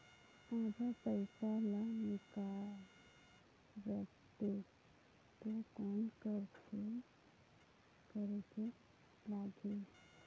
आधा पइसा ला निकाल रतें तो कौन करेके लगही?